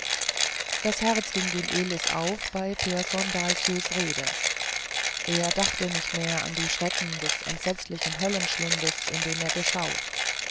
das herz ging dem elis auf bei pehrson dahlsjös rede er dachte nicht mehr an die schrecken des entsetzlichen höllenschlundes in den er geschaut